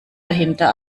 dahinter